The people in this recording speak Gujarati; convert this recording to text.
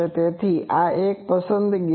તેથી આ એક પસંદગી છે